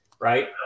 right